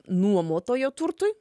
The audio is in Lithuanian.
nuomotojo turtui